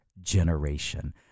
generation